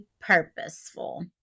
purposeful